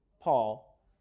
Paul